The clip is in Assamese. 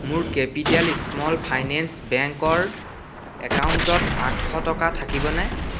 মোৰ কেপিটেল ইস্ম'ল ফাইনেন্স বেংকৰ একাউণ্টত আঠশ টকা থাকিবনে